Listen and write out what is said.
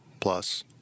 plus